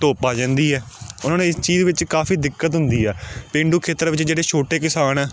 ਧੁੱਪ ਆ ਜਾਂਦੀ ਹੈ ਉਹਨਾਂ ਨੂੰ ਇਸ ਚੀਜ਼ ਵਿੱਚ ਕਾਫੀ ਦਿੱਕਤ ਹੁੰਦੀ ਆ ਪੇਂਡੂ ਖੇਤਰਾਂ ਵਿੱਚ ਜਿਹੜੇ ਛੋਟੇ ਕਿਸਾਨ ਆ